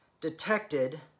detected